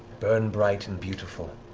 burn bright and beautiful,